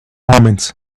omens